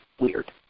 weird